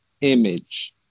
image